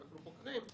אנחנו חוקרים,